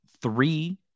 three